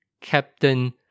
Captain